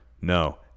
No